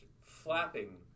flapping